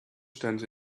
stand